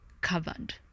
covered